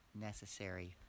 necessary